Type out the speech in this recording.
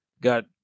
got